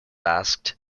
asked